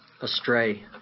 astray